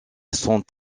sont